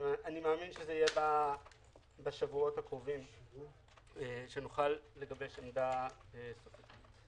אני מאמין שכבר בשבועות הקרובים נוכל לגבש עמדה סופית.